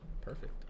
perfect